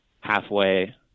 halfway